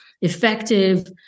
effective